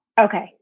Okay